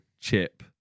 Chip